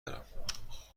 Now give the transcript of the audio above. دارم